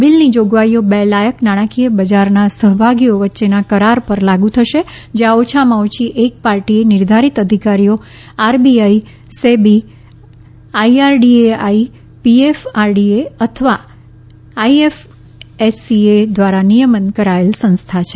બિલની જોગવાઈઓ બે લાયક નાણાકીય બજારના સહભાગીઓ વચ્ચેના કરાર પર લાગુ થશે જ્યાં ઓછામાં ઓછી એક પાર્ટી એ નિર્ધારિત અધિકારીઓ આરબીઆઈ સેબી આઈઆરડીએઆઇ પીએફઆરડીએ અથવા આઈએફએસસીએ દ્વારા નિયમન કરાયેલ સંસ્થા છે